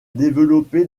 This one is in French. développé